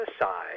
aside